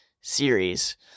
series